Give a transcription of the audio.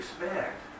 respect